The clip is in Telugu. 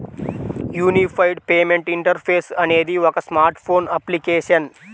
యూనిఫైడ్ పేమెంట్ ఇంటర్ఫేస్ అనేది ఒక స్మార్ట్ ఫోన్ అప్లికేషన్